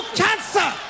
cancer